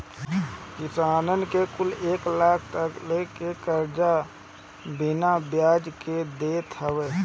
किसान कुल के एक लाख तकले के कर्चा बैंक बिना बियाज के देत हवे